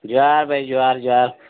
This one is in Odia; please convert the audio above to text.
ଜୁହାର୍ ଭାଇ ଜୁହାର୍ ଜୁହାର୍